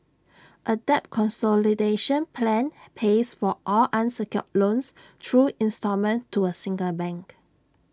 A debt consolidation plan pays for all unsecured loans through instalment to A single bank